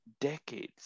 decades